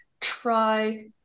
try